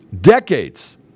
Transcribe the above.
Decades